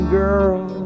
girl